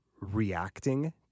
reacting